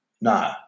No